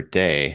day